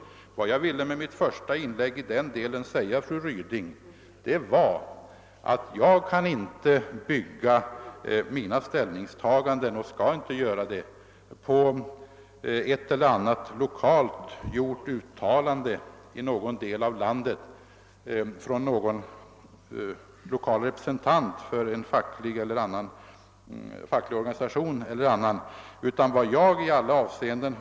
Vad jag med mitt första inlägg ville säga fru Ryding i den delen var att jag inte kan bygga mina ställningstaganden på ett eller annat uttalande av en lokal representant för en facklig eller annan organisation i någon del av landet.